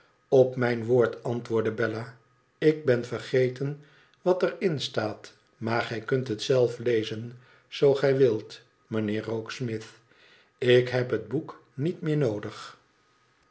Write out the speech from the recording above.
op mijn woord antwoordde bella ik ben vergeten wat er in staat maar gij kimt het zelf lezen zoo gij wilt mijnheer rokesmith ik heb het boek niet meer noodig